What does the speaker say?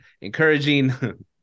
encouraging